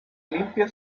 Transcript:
limpio